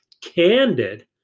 candid